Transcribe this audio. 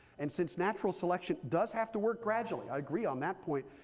and since natural selection does have to work gradually, i agree on that point,